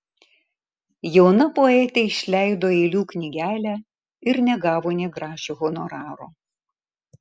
jauna poetė išleido eilių knygelę ir negavo nė grašio honoraro